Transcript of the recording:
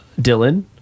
Dylan